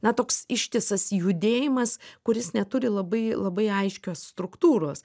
na toks ištisas judėjimas kuris neturi labai labai aiškios struktūros